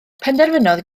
penderfynodd